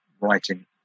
writing